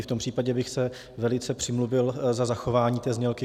V tom případě bych se velice přimluvil za zachování té znělky.